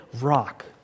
rock